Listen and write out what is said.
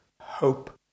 hope